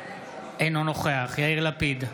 אינו נוכח יאיר לפיד,